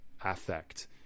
affect